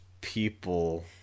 people